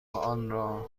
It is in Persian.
آنرا